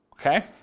Okay